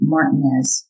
Martinez